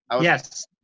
Yes